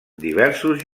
diversos